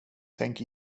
tänk